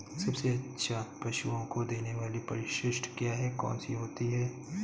सबसे अच्छा पशुओं को देने वाली परिशिष्ट क्या है? कौन सी होती है?